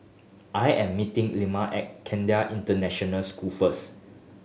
I am meeting at International School first